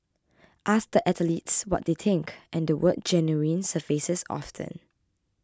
ask the athletes what they think and the word genuine surfaces often